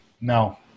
No